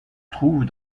trouve